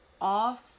off